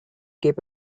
keep